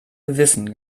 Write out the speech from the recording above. gewissen